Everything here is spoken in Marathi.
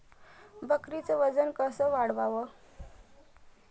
बकरीचं वजन कस वाढवाव?